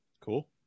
Cool